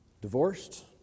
divorced